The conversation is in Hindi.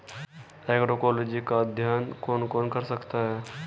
एग्रोइकोलॉजी का अध्ययन कौन कौन कर सकता है?